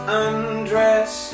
undress